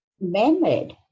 man-made